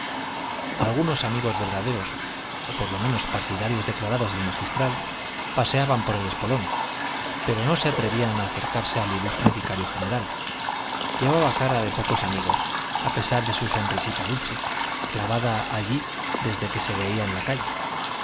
algunos amigos verdaderos o por lo menos partidarios declarados del magistral paseaban por el espolón pero no se atrevían a acercarse al ilustre vicario general llevaba cara de pocos amigos a pesar de su sonrisita dulce clavada allí desde que se veía en la calle